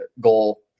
goal